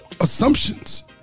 assumptions